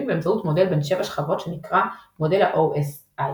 באמצעות מודל בן 7 שכבות שנקרא מודל ה-OSI.